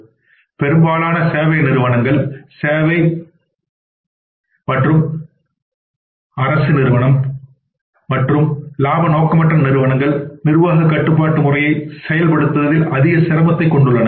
எனவே பெரும்பாலான சேவை நிறுவனங்கள் சேவை அரசு மற்றும் இலாப நோக்கற்ற நிறுவனங்கள் நிர்வாகக் கட்டுப்பாட்டு முறையை செயல்படுத்துவதில் அதிக சிரமத்தைக் கொண்டுள்ளன